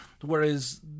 whereas